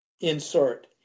insert